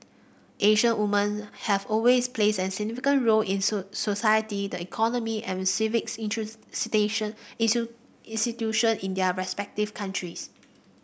Asian woman have always plays a significant role in sole society the economy and civic institution in their respective countries